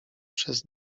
przez